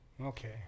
Okay